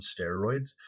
steroids